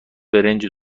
برنج